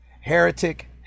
Heretic